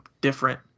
different